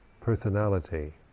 personality